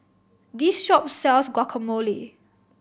this shop sells Guacamole